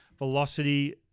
Velocity